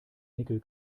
nickel